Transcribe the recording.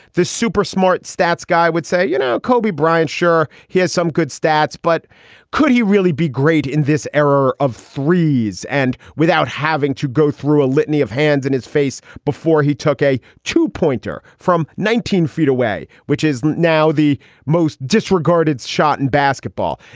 the super smart stats guy would say, you know, kobe bryant, sure, he has some good stats, but could he really be great in this era of threes? and without having to go through a litany of hands in his face before he took a two pointer from nineteen feet away, which is now the most disregarded shot in basketball?